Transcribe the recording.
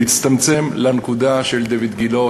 להצטמצם לנקודה של דיויד גילה,